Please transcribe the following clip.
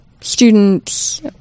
students